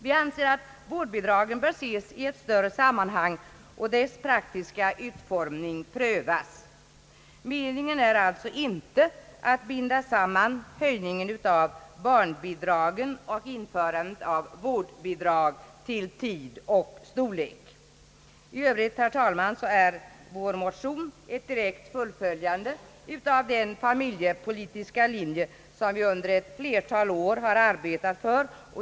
Vi anser att vårdnadsbidragen bör ses i ett större sammanhang och deras praktiska utformning prövas. Meningen är alltså inte att binda samman höjningen av barnbidragen och införandet av vårdnadsbidrag till tid och storlek. Herr talman! Vår motion är i övrigt ett direkt fullföljande av den familjepolitiska linje som vi under ett flertal år arbetat för.